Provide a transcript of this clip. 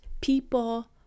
people